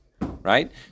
right